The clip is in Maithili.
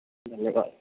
धन्यवाद